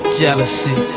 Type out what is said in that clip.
jealousy